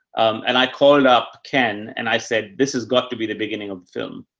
and i called up ken and i said this has got to be the beginning of the film.